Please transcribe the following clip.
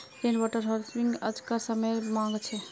rain water harvesting आज्कार समयेर मांग छे